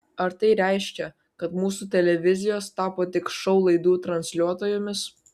ar tai reiškia kad mūsų televizijos tapo tik šou laidų transliuotojomis